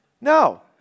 No